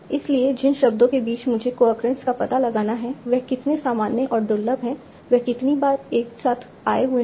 इसलिए जिन शब्दों के बीच मुझे कोअक्रेंस का पता लगाना है वे कितने सामान्य और दुर्लभ हैं और वे कितनी बार एक साथ आए हुए हैं